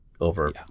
over